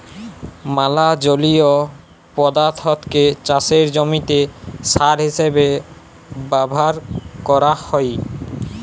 ম্যালা জলীয় পদাথ্থকে চাষের জমিতে সার হিসেবে ব্যাভার ক্যরা হ্যয়